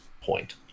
point